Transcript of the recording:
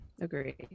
Agree